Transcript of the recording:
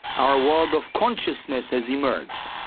our world of consciousness has emerged.